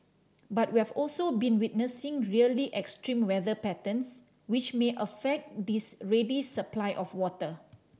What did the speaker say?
but we've also been witnessing really extreme weather patterns which may affect this ready supply of water